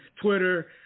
twitter